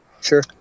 Sure